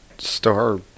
Star